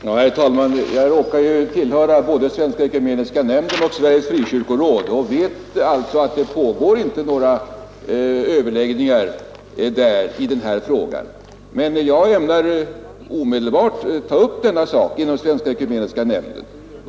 Herr talman! Jag råkar tillhöra både Svenska ekumeniska nämnden och Sveriges frikyrkoråd och vet att det inte pågår några överläggningar där i denna fråga. Men jag ämnar omedelbart ta upp saken inom Svenska ekumeniska nämnden.